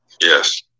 Yes